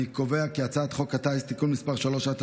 אני קובע כי הצעת חוק הטיס (תיקון מס' 3),